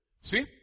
See